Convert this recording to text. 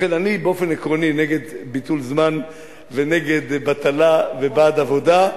לכן אני באופן עקרוני נגד ביטול זמן ונגד בטלה ובעד עבודה,